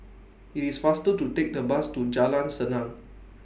IT IS faster to Take The Bus to Jalan Senang